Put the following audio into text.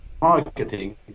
marketing